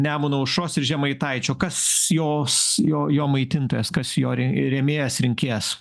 nemuno aušros ir žemaitaičio kas jos jo jo maitintojas kas jo rėmėjas rinkėjas